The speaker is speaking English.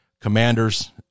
commanders